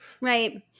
Right